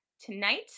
tonight